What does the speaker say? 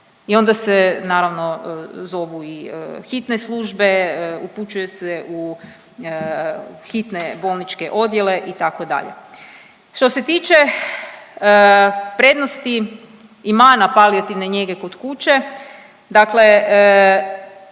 i onda se naravno zovu i hitne službe, upućuje se u Hitne bolničke odjele itd.. Što se tiče prednosti i mana palijativne njege kod kuće dakle